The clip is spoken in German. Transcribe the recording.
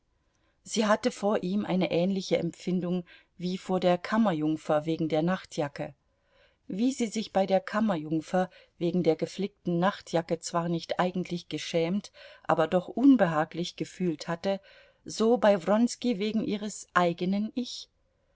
sie hatte vor ihm eine ähnliche empfindung wie vor der kammerjungfer wegen der nachtjacke wie sie sich bei der kammerjungfer wegen der geflickten nachtjacke zwar nicht eigentlich geschämt aber doch unbehaglich gefühlt hatte so bei wronski wegen ihres eigenen ich